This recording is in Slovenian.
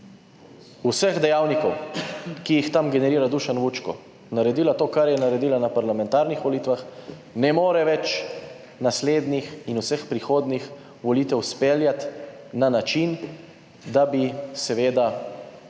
vseh dejavnikov, ki jih tam generira Dušan Vučko, naredila to, kar je naredila na parlamentarnih volitvah, ne more več naslednjih in vseh prihodnjih volitev izpeljati na način, da bi seveda